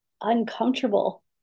uncomfortable